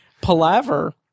palaver